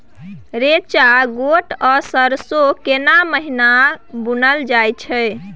रेचा, गोट आ सरसो केना महिना बुनल जाय छै?